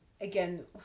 Again